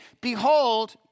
behold